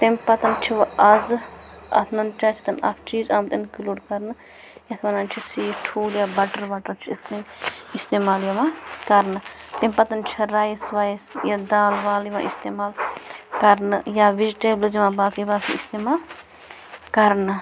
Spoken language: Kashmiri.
تَمہِ پَتہٕ چھُ وۄنۍ اَزٕ اَتھ نُنہٕ چاے سۭتۍ اَکھ چیٖز آمُت اِنکٕلوٗڈ کَرنہٕ یَتھ وَنان چھِ سیٖوِتھ ٹھوٗل یا بَٹر وٹر چھِ اِتھٕ کٔنۍ اِستعمال یِوان کَرنہٕ تَمہِ پَتہٕ چھِ رایِس وایِس یا دال وال یِوان اِستعمال کرنہٕ یا وِجٹیبلٕز یِوان باقٕے باقٕے اِستعمال کرنہٕ